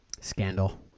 scandal